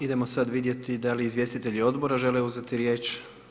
Idemo sad vidjeti, da li izvjestitelji odbora žele uzeti riječ?